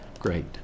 great